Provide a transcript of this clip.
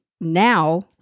now